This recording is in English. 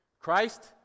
Christ